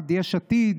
עד יש עתיד,